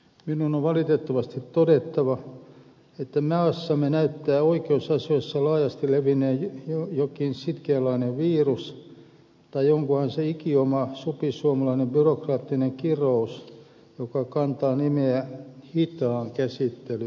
minun on valitettavasti todettava että maassamme näyttää oikeusasioissa laajasti levinneen jokin sitkeälaatuinen virus tai onkohan se ikioma supisuomalainen byrokraattinen kirous joka kantaa nimeä hitaan käsittelyn periaate